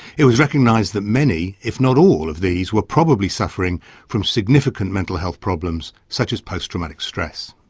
it was recognised that many, if not all, of these were probably suffering from significant mental health problems such as posttraumatic stress.